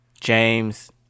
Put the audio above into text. James